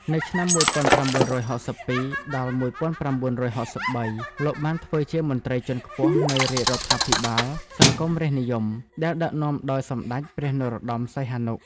នៅឆ្នាំ ១៩៦២ ដល់ ១៩៦៣ លោកបានធ្វើជាមន្រ្តីជាន់ខ្ពស់នៃរាជរដ្ឋាភិបាលសង្គមរាស្រ្តនិយម ដែលដឹកនាំដោយសម្តេចព្រះ នរោត្តម សីហនុ។